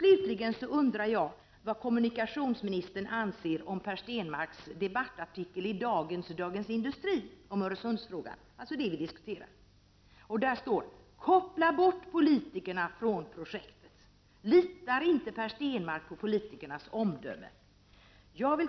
Vidare undrar jag vad kommunikationsministern anser om Per Stenmarcks debattartikel i Dagens Industri, där han skriver: ”koppla bort politikerna från projektet”. Litar inte Per Stenmarck på politikernas omdöme? Jag vill